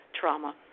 trauma